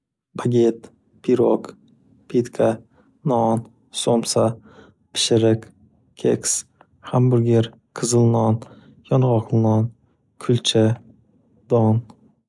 Baget, pirog, pitka, non, so'msa, pishiriq, keks, hamburger, qizilnon, yong'oq non, kulcha, don.